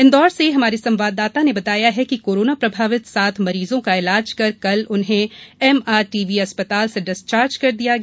इन्दौर से हमारे संवाददाता ने बताया है कि कोरोना प्रभावित सात मरीजों का ईलाज कर कल उन्हें एमआरटीवी अस्प्ताल से डिस्चार्ज कर दिया गया